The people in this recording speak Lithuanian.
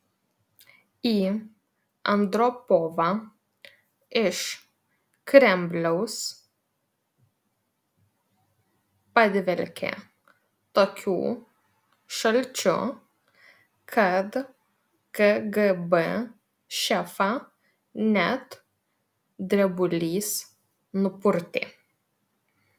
į andropovą iš kremliaus padvelkė tokiu šalčiu kad kgb šefą net drebulys nupurtė